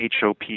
HOP